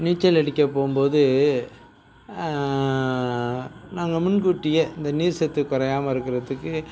நீச்சல் அடிக்கப் போகும்போது நாங்கள் முன்கூட்டியே இந்த நீர் சத்து குறையாம இருக்குறதுக்கு